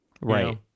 Right